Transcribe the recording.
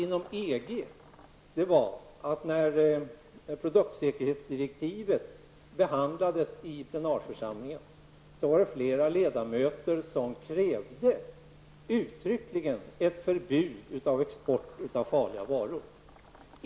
Inom EG var det intressant att när produktsäkerhetsdirektiven behandlades i plenarförsamlingen, krävde flera ledamöter uttryckligen ett förbud mot export av farliga varor.